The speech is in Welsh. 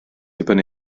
dibynnu